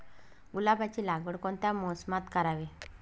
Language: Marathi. गुलाबाची लागवड कोणत्या मोसमात करावी?